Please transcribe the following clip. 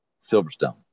Silverstone